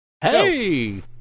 Hey